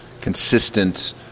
consistent